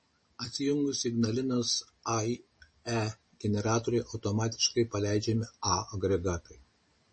atsijungus ignalinos ae generatoriui automatiškai paleidžiami a agregatai